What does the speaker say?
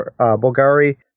Bulgari